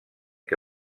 que